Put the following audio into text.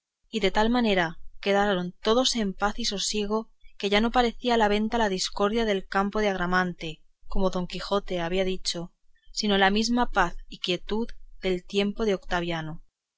y de tal manera quedaron todos en paz y sosiego que ya no parecía la venta la discordia del campo de agramante como don quijote había dicho sino la misma paz y quietud del tiempo de otaviano